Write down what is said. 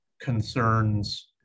concerns